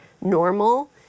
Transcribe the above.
normal